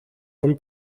von